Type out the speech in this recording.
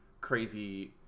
crazy